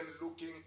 looking